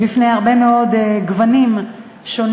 בפני הרבה מאוד גוונים שונים,